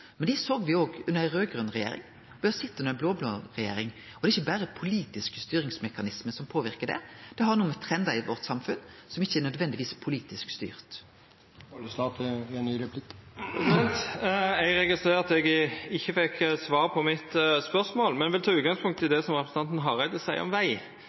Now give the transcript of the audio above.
men det såg me òg under ei raud-grøn regjering, og me har sett det under ei blå-blå regjering, og det er ikkje berre politiske styringsmekanismar som påverkar det, det har noko med trendar i vårt samfunn å gjere som ikkje nødvendigvis er politisk styrte. Eg registrerer at eg ikkje fekk svar på spørsmålet mitt, men vil ta utgangspunkt i det som representanten Hareide seier om veg,